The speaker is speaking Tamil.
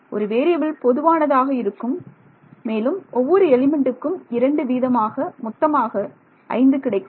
ஒரு வேறியபில் பொதுவானதாக இருக்கும் மேலும் ஒவ்வொரு எலிமெண்ட்டுக்கும் இரண்டு வீதமாக மொத்தமாக ஐந்து கிடைக்கும்